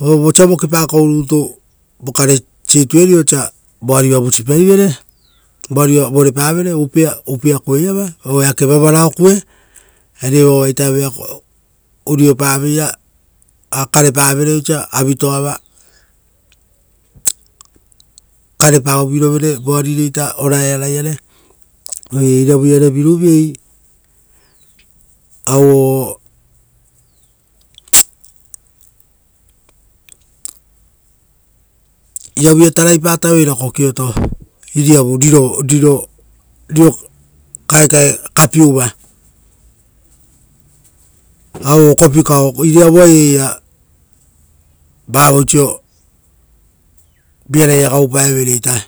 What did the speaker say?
Vosa vokipakou rutu vokare situeri osa voari va vusipaivere, voari va vorepa vere uupea kueiava o eake vavarao kue. Eari evoa evoea karepavere avitoava voarire oraeara. Oire iravu iare viruviei auo, m-iriavu ia tarai pataveira kokiova iriavu riro kaekae kapiuva; auo kopikao. Iriavua eira iria vavoisio viaraia gaupaeve-ira ita.